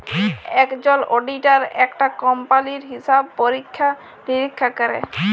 একজল অডিটার একটা কম্পালির হিসাব পরীক্ষা লিরীক্ষা ক্যরে